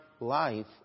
life